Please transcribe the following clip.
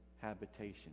habitation